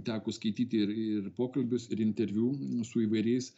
teko skaityti ir ir pokalbius ir interviu su įvairiais